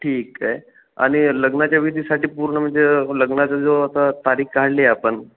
ठीक आहे आणि लग्नाच्या विधीसाठी पूर्ण म्हणजे लग्नाचा जो आता तारीख काढली आपण